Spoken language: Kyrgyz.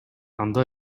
анда